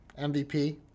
MVP